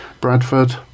Bradford